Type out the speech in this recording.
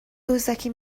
دزدکی